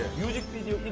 music video